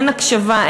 אין הקשבה,